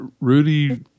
Rudy